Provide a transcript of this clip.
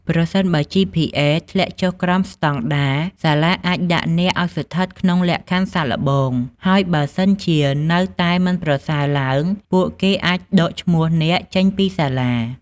ប្រសិនបើ GPA ធ្លាក់ចុះក្រោមស្តង់ដារ សាលាអាចដាក់អ្នកឲ្យស្ថិតក្នុងលក្ខខណ្ឌសាកល្បង ហើយបើសិនជានៅតែមិនប្រសើរឡើង ពួកគេអាចដកឈ្មោះអ្នកចេញពីសាលា។